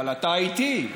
אבל אתה איתי.